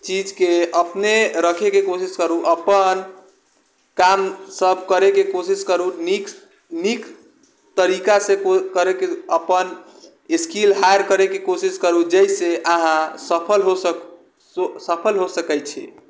चीजके अपने रखैके कोशिश करू अपन काम सब करैके कोशिश करू नीक नीक तरीकासँ करैके अपन स्किल हायर करैके कोशिश करू जाहिसँ अहाँ सफल हो सकू सफल हो सकै छी